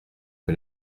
que